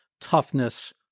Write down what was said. toughness